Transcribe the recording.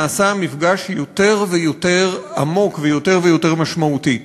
נעשה מפגש יותר ויותר עמוק ויותר ויותר משמעותי.